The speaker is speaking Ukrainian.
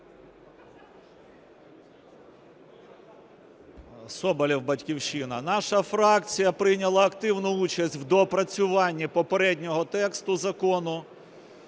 Соболєв, "Батьківщина". Наша фракція прийняла активну участь в доопрацюванні попереднього тексту закону.